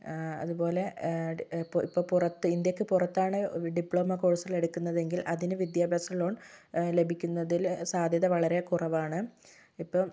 അത് പോലെ ഇപ്പോൾ പുറത്ത് ഇന്ത്യക്ക് പുറത്താണ് ഡിപ്ലോമ കോഴ്സ് എടുക്കുന്നതെങ്കിൽ അതിനു വിദ്യാഭ്യാസ ലോൺ ലഭിക്കുന്നതില് സാധ്യത വളരെ കുറവാണ് ഇപ്പം